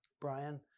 Brian